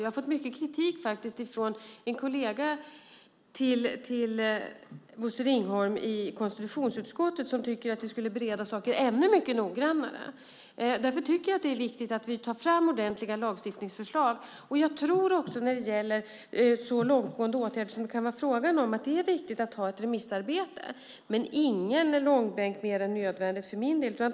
Jag har faktiskt fått mycket kritik från en kollega till Bosse Ringholm i konstitutionsutskottet som tycker att vi ska bereda saker ännu noggrannare. Därför tycker jag att det är viktigt att vi tar fram ordentliga lagstiftningsförslag. Jag tror också att när det gäller så långtgående åtgärder som det kan vara fråga om att det är viktigt att man har ett remissarbete. Men det ska inte vara mer långbänk än nödvändigt.